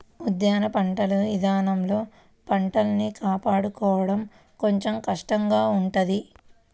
ఉద్యాన పంటల ఇదానంలో పంటల్ని కాపాడుకోడం కొంచెం కష్టంగా ఉంటది